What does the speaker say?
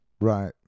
Right